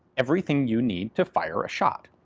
everything you need to fire a shot.